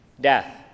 death